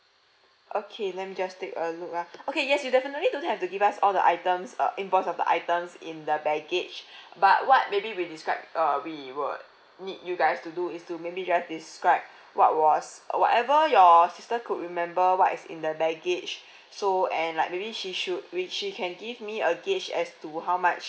okay let me just take a look ah okay yes you definitely don't have to give us all the items uh invoice of the items in the baggage but what maybe we describe uh we will need you guys to do is to maybe just describe what was uh whatever your sister could remember what is in the baggage so and like maybe she should maybe she can give me a gauge as to how much